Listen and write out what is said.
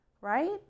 right